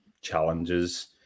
challenges